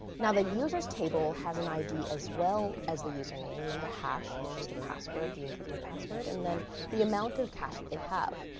now the users table has an id, as well as the username and the hash, which is the password, the encrypted password, and then the amount of cash that they have.